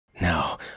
No